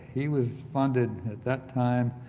he was funded at that time